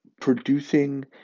producing